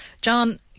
John